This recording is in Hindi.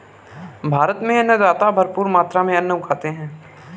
भारत में अन्नदाता भरपूर मात्रा में अन्न उगाते हैं